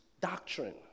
doctrine